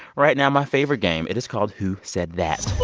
right now, my favorite game. it is called who said that